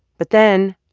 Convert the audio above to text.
but then,